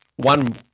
One